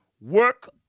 Work